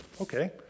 okay